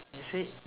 it say